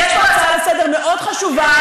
יש פה הצעה לסדר-היום מאוד חשובה.